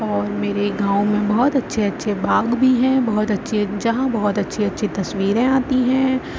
اور میرے گاؤں میں بہت اچھے اچھے باغ بھی ہیں بہت اچھی جہاں بہت اچھی اچھی تصویریں آتی ہیں